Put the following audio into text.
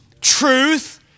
Truth